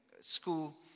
school